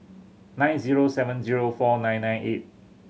nine zero seven zero four nine nine eight